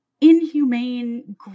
inhumane